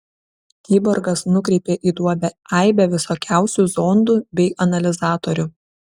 kiborgas nukreipė į duobę aibę visokiausių zondų bei analizatorių